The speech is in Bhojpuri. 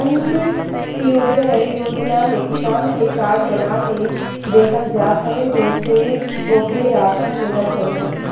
अन्त्योदय योजना में किसान के कार्ड बना के देहल जात हवे जेसे ओके राशन मिलत हवे